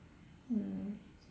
mm